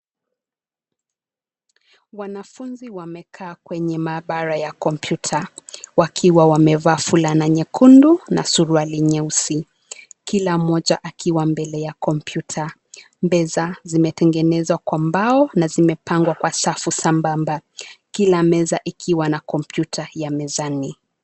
Wanafunzi wamekaa kwenye mabara ya kompyuta. Wakiwa wamevaa fulana nyekundu na suruali nyeusi. Kila moja akiwa mbele ya kompyuta. Mbeza zimetengenezo kwa mbao na zimepangwa kwa safu sambamba. Kila meza ikiwa na kompyuta ya mezani.